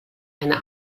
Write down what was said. eine